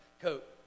coat